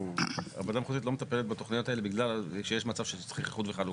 הוועדה המחוזית לא מטפלת בתוכניות האלה בגל שיש מצב של איחוד וחלוקה,